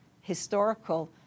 historical